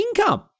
income